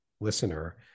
listener